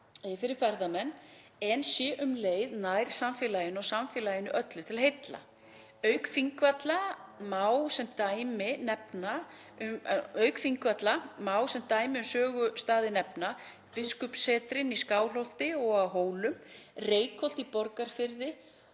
fyrir ferðamenn, en sé um leið nærsamfélaginu og samfélaginu öllu til heilla. Auk Þingvalla má sem dæmi um sögustaði nefna biskupssetrin í Skálholti og á Hólum, Reykholt í Borgarfirði,